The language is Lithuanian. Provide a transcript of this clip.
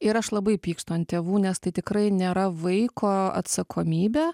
ir aš labai pykstu ant tėvų nes tai tikrai nėra vaiko atsakomybė